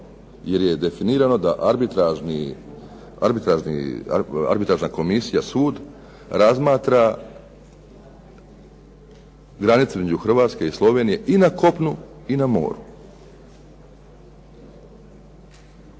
Jer je definirano da arbitražna komisija, sud, razmatra granice između Hrvatske i Slovenije i na kopnu i na moru.